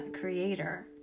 creator